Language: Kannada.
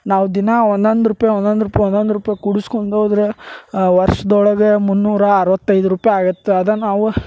ನಾವು ದಿನ ಒಂದೊಂದು ರೂಪಾಯಿ ಒಂದೊಂದು ರೂಪಾಯಿ ಒಂದೊಂದು ರೂಪಾಯಿ ಕೂಡಿಸ್ಕೊಂಡು ಹೋದರೆ ವರ್ಷ್ದೊಳಗೆ ಮುನ್ನೂರ ಅರವತ್ತು ಐದು ರೂಪಾಯಿ ಆಗತ್ತೆ ಅದು ನಾವು